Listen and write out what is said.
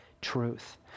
truth